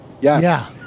Yes